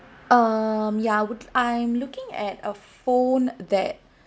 um yeah would I'm looking at a phone that